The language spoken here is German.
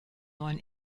neuen